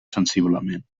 sensiblement